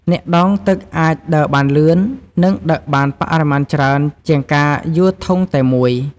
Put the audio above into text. អ្នកដងទឹកអាចដើរបានលឿន និងដឹកបានបរិមាណច្រើនជាងការយួរធុងតែមួយ។